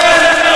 כן.